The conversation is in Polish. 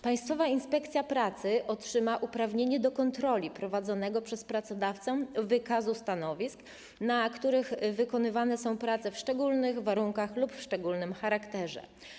Państwowa Inspekcja Pracy otrzyma uprawnienie do kontroli prowadzonego przez pracodawcę wykazu stanowisk, na których wykonywane są prace w szczególnych warunkach lub o szczególnym charakterze.